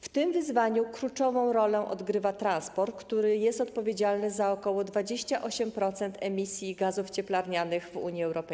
W tym wyzwaniu kluczową rolę odgrywa transport, który jest odpowiedzialny za ok. 28% emisji gazów cieplarnianych w UE.